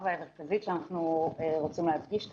והמרכזית שאנחנו רוצים להדגיש כאן,